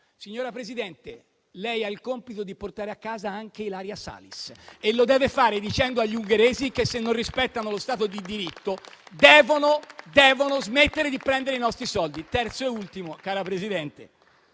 signora Presidente, lei ha il compito di portare a casa anche Ilaria Salis e lo deve fare dicendo agli ungheresi che se non rispettano lo Stato di diritto devono smettere di prendere i nostri soldi.